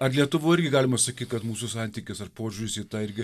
ar lietuvoj irgi galima sakyt kad mūsų santykis ar požiūris į tą irgi